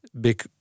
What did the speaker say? big